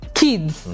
kids